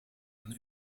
een